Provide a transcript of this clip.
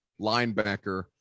linebacker